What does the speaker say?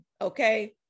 okay